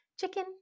chicken